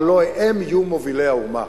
אבל לא הם יהיו מובילי האומה.